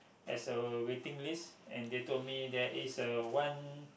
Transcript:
as a waiting list and they told me there is a one